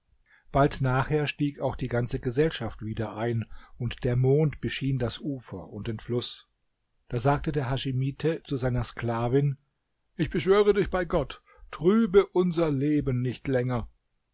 bald nachher stieg auch die ganze gesellschaft wieder ein und der mond beschien das ufer und den fluß da sagte der haschimite zu seiner sklavin ich beschwöre dich bei gott trübe unser leben nicht länger